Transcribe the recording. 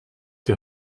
die